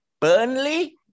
Burnley